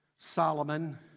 Solomon